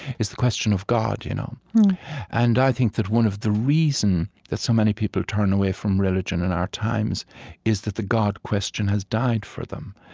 is the question of god. you know and i think that one of the reasons and that so many people turn away from religion in our times is that the god question has died for them,